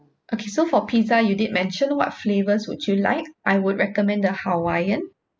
okay so for pizza you did mention what flavors would you like I would recommend the hawaiian